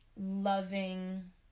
loving